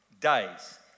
days